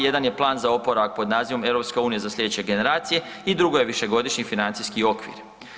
Jedan je plan za oporavak pod nazivom „EU za sljedeće generacije“ i drugo je Višegodišnji financijski okvir.